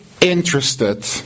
interested